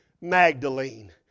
Magdalene